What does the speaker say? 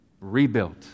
rebuilt